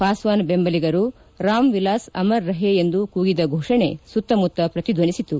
ಪಾಸ್ವಾನ್ ಬೆಂಬಲಿಗರು ರಾಮ್ವಿಲಾಸ್ ಅಮರ್ ರಹೇ ಎಂದು ಕೂಗಿದ ಘೋಷಣೆ ಸುತ್ತಮುತ್ತ ಪ್ರತಿದ್ದನಿಸಿತು